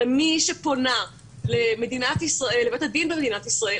הרי מי שפונה לבית הדין במדינת ישראל,